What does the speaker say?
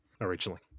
originally